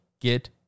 get